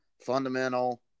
fundamental